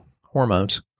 hormones